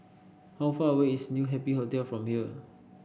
how far away is New Happy Hotel from here